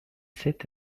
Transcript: sept